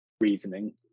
reasoning